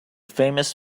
famous